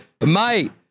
mate